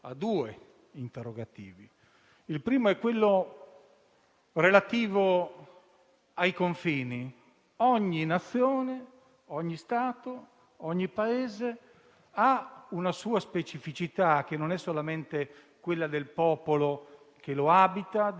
Sono tanti gli italiani che si trovano a doversi confrontare non solamente per ragioni economiche legate alla povertà, in concorrenza magari con chi è aiutato, con chi ha i sussidi, con chi viene messo all'interno di un circuito che può